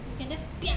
you can just piak